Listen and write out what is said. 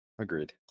Agreed